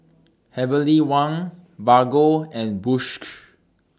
Heavenly Wang Bargo and Bosch